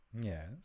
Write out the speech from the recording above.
Yes